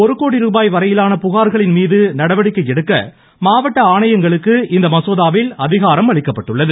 ஒரு கோடி ரூபாய் வரையிலான புகார்களின் மீது நடவடிக்கை எடுக்க மாவட்ட ஆணையங்களுக்கு இந்த மசோதாவில் அதிகாரம் அளிக்கப்பட்டுள்ளது